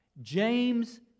James